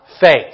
faith